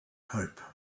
hope